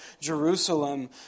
Jerusalem